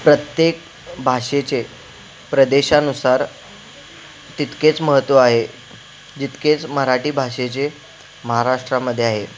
प्रत्येक भाषेचे प्रदेशानुसार तितकेच महत्त्व आहे जितकेच मराठी भाषेचे महाराष्ट्रामध्ये आहे